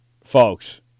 folks